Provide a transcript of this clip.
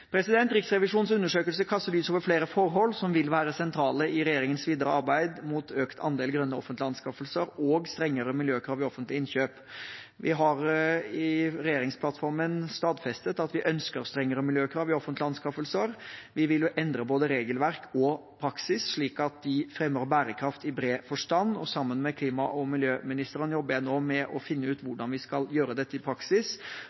Riksrevisjonens undersøkelse kaster lys over flere forhold som vil være sentrale i regjeringens videre arbeid mot økt andel grønne offentlige anskaffelser og strengere miljøkrav i offentlige innkjøp. Vi har i regjeringsplattformen stadfestet at vi ønsker strengere miljøkrav i offentlige anskaffelser. Vi vil endre både regelverk og praksis slik at de fremmer bærekraft i bred forstand. Sammen med klima- og miljøministeren jobber jeg nå med å finne ut hvordan vi skal gjøre dette i praksis,